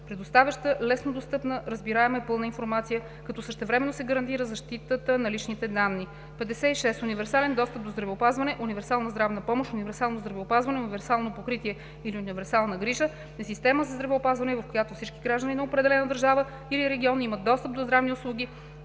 предоставяща леснодостъпна, разбираема и пълна информация, като същевременно се гарантира защитата на личните данни. 56. „Универсален достъп до здравеопазване“ (универсална здравна помощ, универсално здравеопазване, универсално покритие или универсална грижа) е система за здравеопазване, в която всички граждани на определена държава или регион имат достъп до здравни услуги,